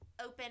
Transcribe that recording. open